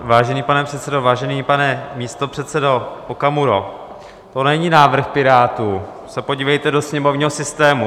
Vážený pane předsedo, vážený pane místopředsedo Okamuro, to není návrh Pirátů, podívejte se do sněmovního systému.